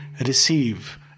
receive